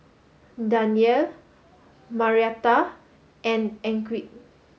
Danyel Marietta and Enrique